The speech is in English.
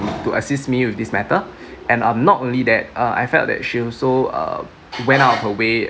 to assist me with this matter and um not only that uh I felt that she also uh went out of her way